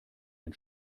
den